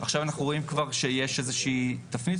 עכשיו אנחנו רואים שיש איזושהי תפנית.